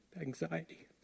anxiety